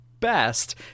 best